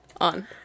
on